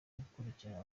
gukurikira